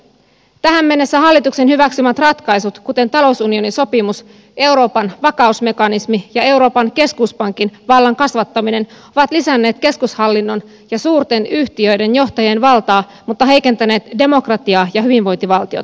tähän mennessä hallituksen hyväksymät ratkaisut kuten talousunionisopimus euroopan vakausmekanismi ja euroopan keskuspankin vallan kasvattaminen ovat lisänneet keskushallinnon ja suurten yhtiöiden johtajien valtaa mutta heikentäneet demokratiaa ja hyvinvointivaltiota